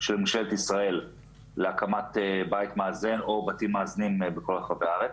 של ממשלת ישראל להקמת בית מאזן או בתים מאזנים בכל רחבי הארץ.